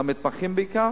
למתמחים בעיקר,